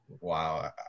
wow